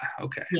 okay